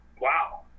Wow